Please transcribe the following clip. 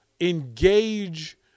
engage